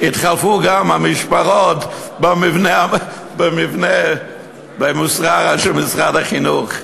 התחלפו גם המשמרות במבנה של משרד החינוך במוסררה.